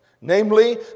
Namely